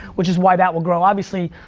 which is why that will grow. obviously,